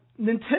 Nintendo